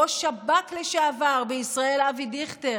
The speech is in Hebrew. ראש השב"כ לשעבר בישראל אבי דיכטר,